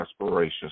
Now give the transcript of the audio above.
aspirations